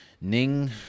ning